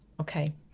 okay